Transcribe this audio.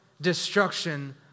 destruction